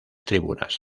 tribunas